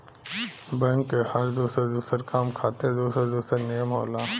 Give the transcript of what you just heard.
bank के हर दुसर दुसर काम खातिर दुसर दुसर नियम होला